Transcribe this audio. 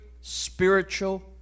spiritual